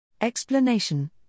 Explanation